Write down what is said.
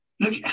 Look